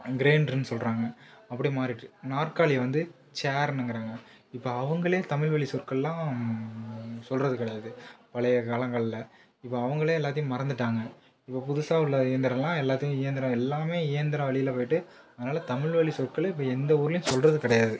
கிரெயிண்ட்ருன்னு சொல்லுறாங்க அப்படே மாறிடுச்சு நாற்காலியை வந்து சேர்ன்னுங்குறாங்க இப்போ அவங்களே தமிழ் வழி சொற்கள் எல்லாம் சொல்லுறது கிடையாது பழைய காலங்களில் இப்போ அவங்களே எல்லாத்தையும் மறந்துவிட்டாங்க இப்போ புதுசாக உள்ள இயந்திரலாம் எல்லாத்தையும் இயந்திரம் எல்லாமே இயந்திரம் வழியில் போயிவிட்டு அதனால் தமிழ் வழி சொற்களே இப்போ எந்த ஊர்லையும் சொல்லுறது கிடையாது